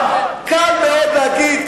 קל מאוד להגיד,